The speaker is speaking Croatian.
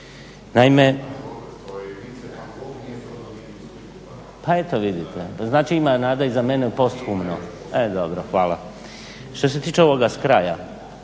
razumije./ … Pa eto vidite, znači ima nade i za mene u posthumoru, e dobro, hvala. Što se tiče ovoga s kraja,